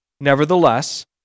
Nevertheless